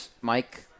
Mike